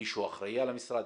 מישהו אחראי על המשרד.